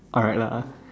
alright lah